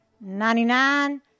ninety-nine